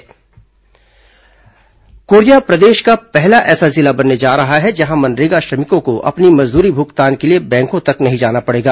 BC सखी digital भुगतान कोरिया प्रदेश का पहला ऐसा जिला बनने जा रहा है जहां मनरेगा श्रमिकों को अपनी मजदूरी भुगतान के लिए बैंकों तक नहीं जाना पड़ेगा